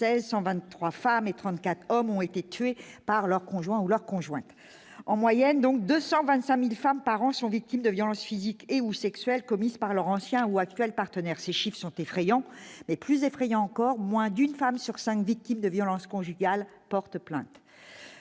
2016 123 femmes et 34 hommes ont été tuées par leur conjoint ou leur conjointe, en moyenne, donc 225000 femmes par an sont victimes de violences physiques et ou sexuelles commises par leur anciens ou actuels partenaires, ces chiffres sont effrayants mais plus effrayant encore moins d'une femme sur 5 victimes de violences conjugales porte plainte,